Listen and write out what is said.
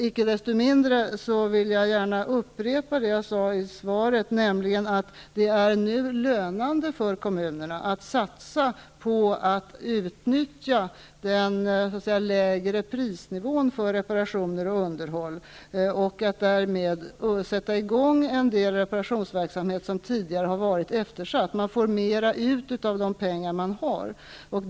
Icke desto mindre vill jag upprepa det som jag sade i svaret, nämligen att det nu är lönande för kommunerna att satsa på att utnyttja den lägre prisnivån för reparationer och underhåll genom att sätta i gång reparationsverksamhet som tidigare har varit eftersatt. Man får nu ut mera av de pengar som man har.